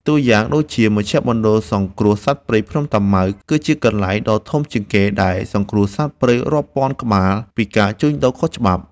តួយ៉ាងដូច មជ្ឈមណ្ឌលសង្គ្រោះសត្វព្រៃភ្នំតាម៉ៅ គឺជាកន្លែងដ៏ធំជាងគេដែលសង្គ្រោះសត្វព្រៃរាប់ពាន់ក្បាលពីការជួញដូរខុសច្បាប់។